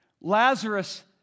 Lazarus